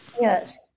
Yes